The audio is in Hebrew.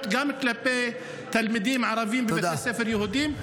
גם כלפי תלמידים ערבים בבתי ספר יהודיים.